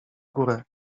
górę